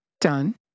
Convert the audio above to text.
Done